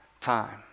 time